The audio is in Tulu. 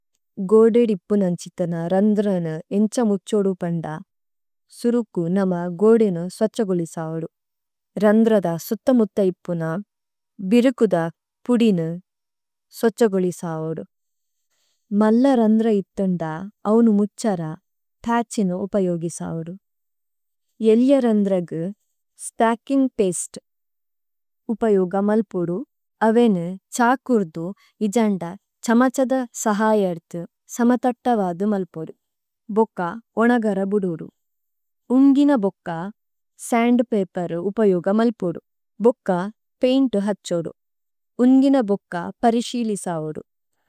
ഗൊഡെഡിപ്പുനംചിതന രംദ്രന എംചമുച്ചൊഡുപംഡ സുരുക്കു നമ ഗൊഡെനു സ്വച്ചഗൊളിസാവഡു। രംദ്രദ സുത്തമുത്തെയിപ്പുന ബിരുകുദ പുഡിനു സുവച്ചഗൊളിസാവഡു। മല്ല രംദ്രയിത്തെംഡ ആവുനു മുച്ചര പേചിനു ഉപയോഗിസാവഡു। ഇല്യരംദ്രഗു സ്ട്ടാകിംഗ് പേസ്ട് ഉപയോഗമല്ലിപുഡു। അവേനു ചാകുര്ദു ഇജന്ഡ ചമചദ സഹായാരതു സമതട്ടവാദു മല്ലിപുഡു। ബൊക്ക ഒനഗര ബുഡുദു। ഉംഗിന ബുക്ക സംഡ്പേപരു ഉപയോഗമല്ലിപുഡു। ബുക്ക പേംട് ഹച്ചൊഡു। ഉംഗിന ബുക്ക പരിഷിലിസാവഡു।